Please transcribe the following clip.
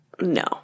no